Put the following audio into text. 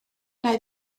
nai